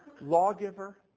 lawgiver